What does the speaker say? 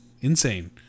Insane